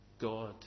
God